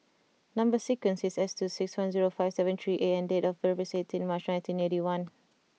number sequence is S two six one zero five seven three A and date of birth is eighteen March nineteen eighty one